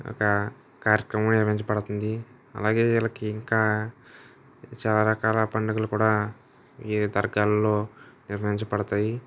ఒక కార్యక్రమం నిర్వహించబడుతుంది అలాగే వీళ్ళకి ఇంకా చాలా రకాలా పండగలు కూడా ఈ దర్గాలలో నిర్వహించబడతాయి